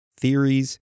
Theories